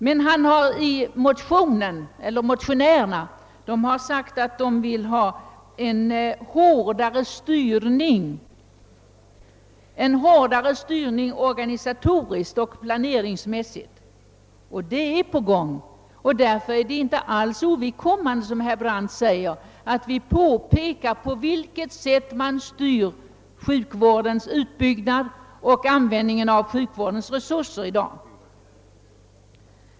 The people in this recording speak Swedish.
Men i motionerna heter det att man vill ha en hårdare styrning organisatoriskt och planeringsmässigt. Detta är på gång, och därför är det inte alls ovidkommande, som herr Brandt säger, att vi pekar på hur man styr sjukvårdens utbyggnad och användningen av sjukvårdens resurser i dag.